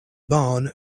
barn